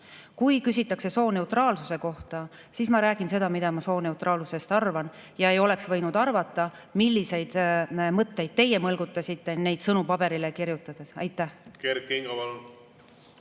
Kui küsitakse sooneutraalsuse kohta, siis ma räägin seda, mida ma sooneutraalsusest arvan, ja ma ei [oska] arvata, milliseid mõtteid teie mõlgutasite neid sõnu paberile kirjutades. Kert